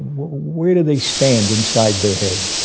where do they stand inside their head?